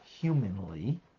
humanly